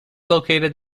located